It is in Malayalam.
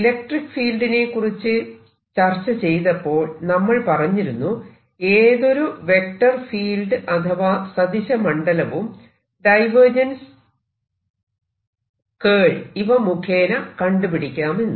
ഇലക്ട്രിക്ക് ഫീൽഡിനെക്കുറിച്ച് ചർച്ച ചെയ്തപ്പോൾ നമ്മൾ പറഞ്ഞിരുന്നു ഏതൊരു വെക്റ്റർ ഫീൽഡ് അഥവാ സദിശ മണ്ഡലവും ഡൈവേർജൻസ് കേൾ ഇവ മുഖേന കണ്ടുപിടിക്കാമെന്ന്